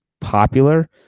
popular